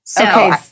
okay